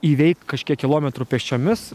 įveikti kažkiek kilometrų pėsčiomis